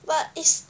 but is